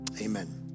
amen